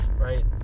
right